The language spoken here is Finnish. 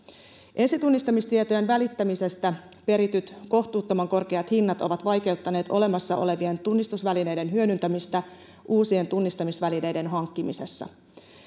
ensitunnistamistietojen välittämisestä perityt kohtuuttoman korkeat hinnat ovat vaikeuttaneet olemassa olevien tunnistusvälineiden hyödyntämistä uusien tunnistamisvälineiden hankkimisessa